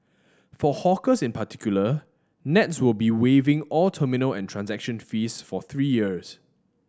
for hawkers in particular nets will be waiving all terminal and transaction fees for three years